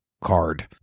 card